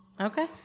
Okay